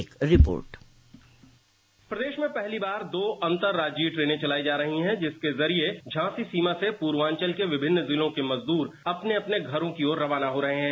एक रिपोर्ट प्रदेश में पहली बार दो अंतरराज्य ट्रेनें चलाई जा रही है जिसके जरिए झांसी सीमा से पूर्वाचल के विभिन्न जिलों के मजदूर अपने अपने घरों की ओर रवाना हो रहे हैं